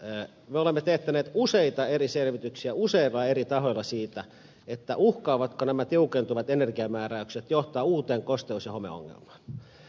me olemme teettäneet useita eri selvityksiä useilla eri tahoilla siitä uhkaavatko nämä tiukentuvat energiamääräykset johtaa uuteen kosteus ja homeongelmaan